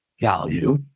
value